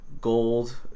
gold